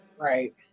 Right